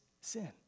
sin